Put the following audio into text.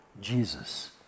Jesus